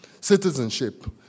citizenship